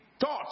thoughts